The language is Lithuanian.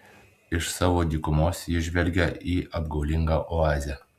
iš savo dykumos ji žvelgia į apgaulingą oazę